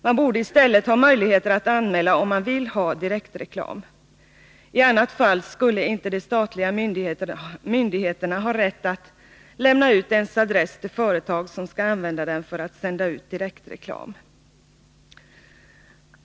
Man borde i stället ha möjligheter att anmäla om man vill ha direktreklam. I annat fall skulle inte de statliga myndigheterna ha rätt att lämna ut ens adress till företag, som skall använda den för att sända ut direktreklam.